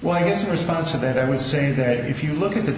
why his response to that i would say that if you look at the